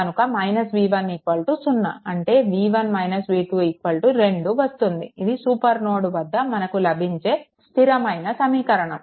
కనుక V1 0 అంటే V2 - V1 2 వస్తుంది ఇది సూపర్ నోడ్ వద్ద మనకు లభించే స్థిరమైన సమీకరణం